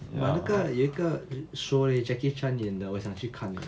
but 那个有一个 show leh jackie chan 演的我想去看 leh